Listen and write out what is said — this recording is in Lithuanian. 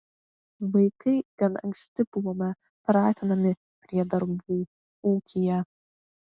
vaikai gan anksti buvome pratinami prie darbų ūkyje